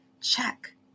Check